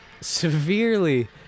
Severely